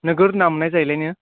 नोगोद ना मोननाय जायोलाय ने